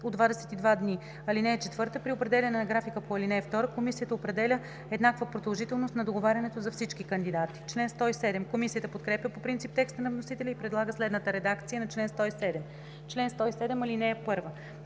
от 22 дни. (4) При определяне на графика по ал. 2 комисията определя еднаква продължителност на договарянето за всички кандидати.“ Комисията подкрепя по принцип текста на вносителя и предлага редакция на чл. 107: „Чл. 107. (1)